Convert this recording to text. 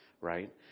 right